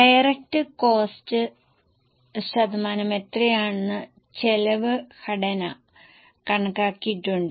direct cost ശതമാനം എത്രയാണെന്ന് ചെലവ് ഘടന കണക്കാക്കിയിട്ടുണ്ട്